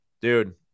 Dude